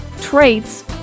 traits